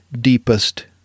deepest